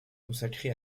consacré